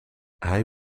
hij